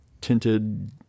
tinted